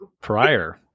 prior